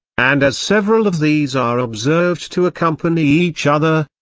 and as several of these are observed to accompany each other,